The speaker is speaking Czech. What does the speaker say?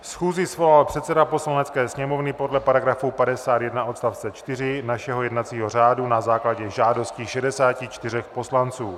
Schůzi svolal předseda Poslanecké sněmovny podle § 51 odst. 4 našeho jednacího řádu na základě žádosti 64 poslanců.